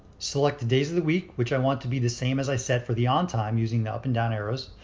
select the days of the week, which i want to be the same as i set for the on time using the up and down arrows.